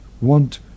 want